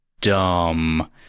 dumb